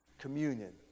communion